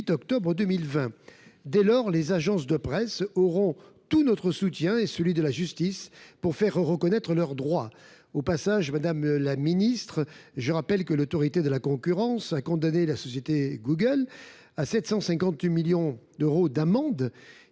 du 8 octobre 2020. Dès lors, les agences de presse auront tout notre soutien et celui de la justice pour faire reconnaître leurs droits. Au passage, madame la ministre, je rappelle que l’Autorité de la concurrence a condamné la société Google à 750 millions d’euros d’amende,